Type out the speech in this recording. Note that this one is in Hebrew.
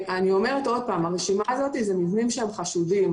אני אומרת שוב, הרשימה היא של מבנים חשודים.